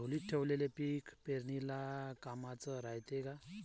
ढोलीत ठेवलेलं पीक पेरनीले कामाचं रायते का?